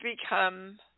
become